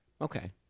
Okay